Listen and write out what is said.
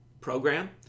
program